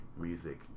music